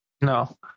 No